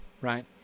Right